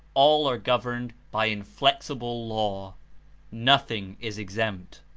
all are governed by inflexible law nothing is exempt.